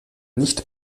nicht